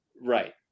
Right